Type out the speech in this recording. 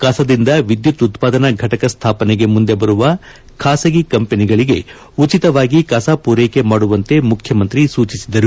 ಕಸದಿಂದ ವಿದ್ನುತ್ ಉತ್ಪಾದನಾ ಫಟಕ ಸ್ಥಾಪನೆಗೆ ಮುಂದೆ ಬರುವ ಖಾಸಗಿ ಕಂಪನಿಗಳಿಗೆ ಉಚಿತವಾಗಿ ಕಸ ಪೂರ್ಲೆಕೆ ಮಾಡುವಂತೆ ಮುಖ್ಯಮಂತ್ರಿ ಸೂಚಿಸಿದರು